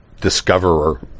discoverer